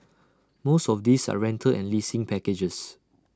most of these are rental and leasing packages